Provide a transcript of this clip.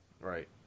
Right